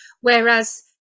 Whereas